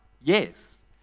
Yes